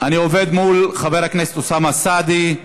אני עובד מול חבר הכנסת אוסאמה סעדי.